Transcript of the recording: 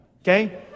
okay